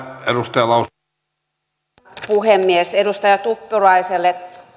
arvoisa puhemies edustaja tuppuraiselle